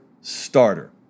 starter